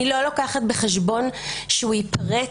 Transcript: היא לא לוקחת בחשבון שהוא ייפרץ,